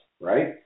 right